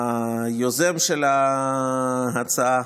היוזם של ההצעה,